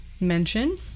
mention